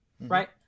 right